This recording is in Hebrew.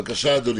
בבקשה, אדוני.